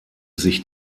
sich